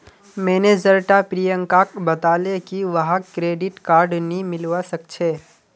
manager टा प्रियंकाक बताले की वहाक क्रेडिट कार्ड नी मिलवा सखछे